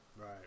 Right